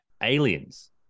aliens